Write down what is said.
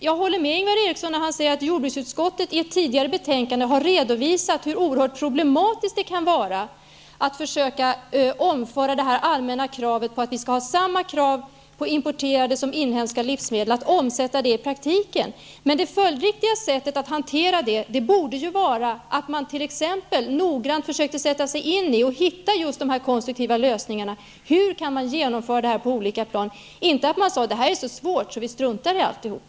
Jag håller med Ingvar Eriksson när han säger att jordbruksutskottet i ett tidigare betänkande har redovisat hur oerhört problematiskt det kan vara att i praktiken omsätta den allmänna principen att vi skall ställa samma krav på importerade som inhemska livsmedel. Det riktiga sättet att hantera detta borde vara att noggrant försöka sätta sig in i problemet och finna de konstruktiva lösningarna och se hur man kan genomföra detta på olika plan. Man skall inte säga: Det här är så svårt att vi struntar i alltihop.